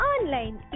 Online